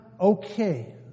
okay